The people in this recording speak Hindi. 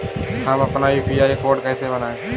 हम अपना यू.पी.आई कोड कैसे बनाएँ?